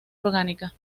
orgánica